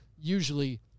usually